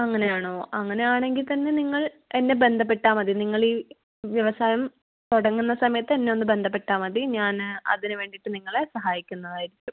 അങ്ങനെയാണോ അങ്ങനെയാണെങ്കിൽത്തന്നെ നിങ്ങൾ എന്നെ ബന്ധപ്പെട്ടാൽമതി നിങ്ങൾ ഈ വ്യവസായം തുടങ്ങുന്ന സമയത്ത് എന്നെ ഒന്ന് ബന്ധപ്പെട്ടാൽമതി ഞാൻ അതിനു വേണ്ടിയിട്ട് നിങ്ങളെ സഹായിക്കുന്നതായിരിക്കും